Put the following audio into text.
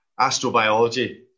astrobiology